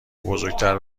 بزرگتر